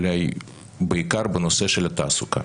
בנושא של התעסוקה,